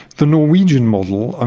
the norwegian model, i